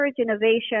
innovation